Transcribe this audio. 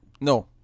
No